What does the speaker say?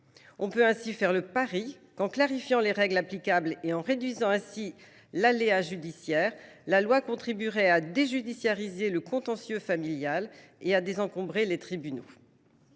» Faisons le pari qu’en clarifiant les règles applicables et en réduisant ainsi l’aléa judiciaire, la loi contribuera à « déjudiciariser » le contentieux familial et à désencombrer les tribunaux.